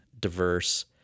diverse